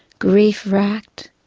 grief-racked.